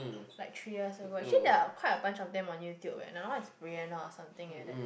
like three years ago actually there are quite a bunch of them on YouTube another one is Brianna or something like that